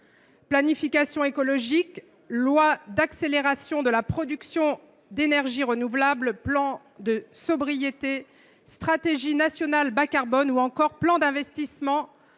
planification écologique, loi relative à l’accélération de la production d’énergies renouvelables, plan de sobriété, stratégie nationale bas carbone ou encore plan d’investissement